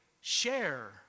share